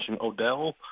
Odell